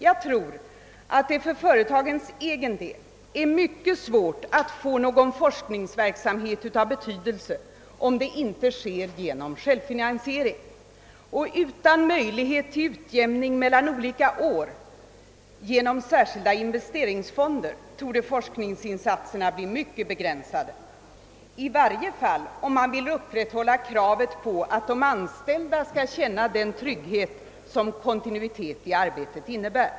Jag tror att det för företagens egen del är mycket svårt att få till stånd någon forskningsverksamhet av betydelse, om det inte sker genom självfinansiering. Utan möjlighet till utjämning mellan olika år genom särskilda investeringsfonder torde forskningsinsatserna bli mycket begränsade, i varje fall om man vill upprätthålla kravet på att de anställda skall känna den trygghet som kontinuitet i arbetet innebär.